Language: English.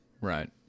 Right